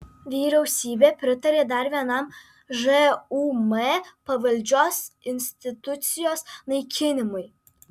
vyriausybė pritarė dar vienam žūm pavaldžios institucijos naikinimui